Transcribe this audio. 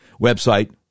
website